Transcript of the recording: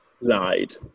lied